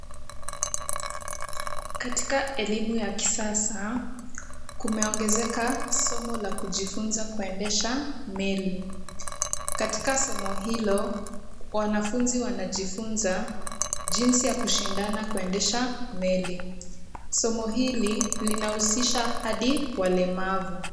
Katika elimu ya kisasa kumeongezeka somo la kujifunza kuendesha meli. Katika somo hilo wanafunzi wanajifunza jinsi ya kushindana kuendesha meli. Somo hili linahusisha hadi walemavu.